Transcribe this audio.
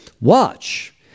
watch